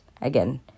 again